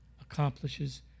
accomplishes